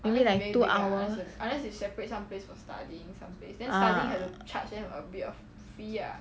like two hours ah